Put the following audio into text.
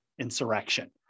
insurrection